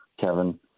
Kevin